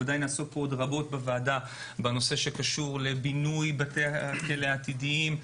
בוודאי נעסוק רבות בנושא שקשור לבינוי בתי כלא עתידיים,